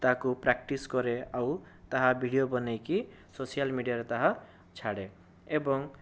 ତାକୁ ପ୍ରାଟିକ୍ସ କରେ ଆଉ ତାହା ଭିଡ଼ିଓ ବନେଇକି ସୋସିଆଲ ମିଡ଼ିଆରେ ତାହା ଛାଡ଼େ ଏବଂ